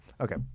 okay